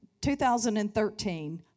2013